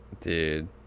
dude